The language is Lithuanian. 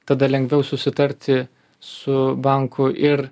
tada lengviau susitarti su banku ir